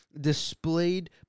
displayed